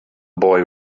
boy